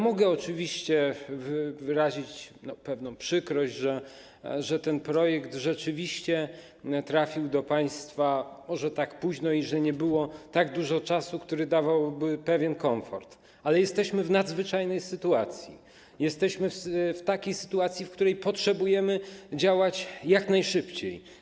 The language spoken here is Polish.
Mogę oczywiście wyrazić, że tak powiem, pewną przykrość, że ten projekt rzeczywiście trafił do państwa może tak późno i że nie było tak dużo czasu, który dawałby pewien komfort, ale jesteśmy w nadzwyczajnej sytuacji, jesteśmy w takiej sytuacji, w której potrzebujemy działać jak najszybciej.